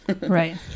right